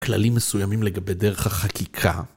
כללים מסוימים לגבי דרך החקיקה.